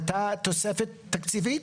הייתה תוספת תקציבית?